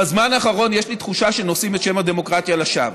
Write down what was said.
שבזמן האחרון יש לי תחושה שנושאים את שם הדמוקרטיה לשווא.